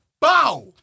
Bow